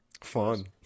fun